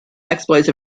exploits